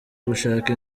gushaka